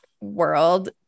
world